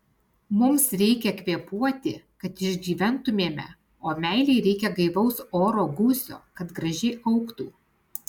mums reikia kvėpuoti kad išgyventumėme o meilei reikia gaivaus oro gūsio kad gražiai augtų